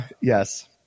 Yes